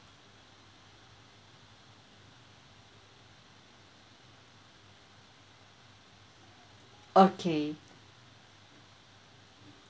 okay